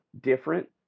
different